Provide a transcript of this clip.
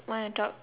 want to talk